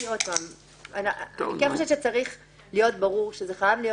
אני חושבת שצריך להיות ברור שזה חייב להיות